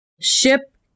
ship